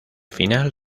final